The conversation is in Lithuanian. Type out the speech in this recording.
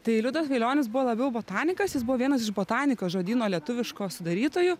tai liudas vailionis buvo labiau botanikas jis buvo vienas iš botanikos žodyno lietuviško sudarytojų